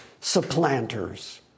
supplanters